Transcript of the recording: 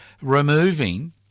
removing